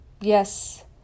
yes